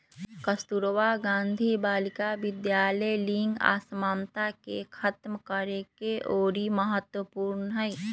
कस्तूरबा गांधी बालिका विद्यालय लिंग असमानता के खतम करेके ओरी महत्वपूर्ण हई